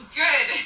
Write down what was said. good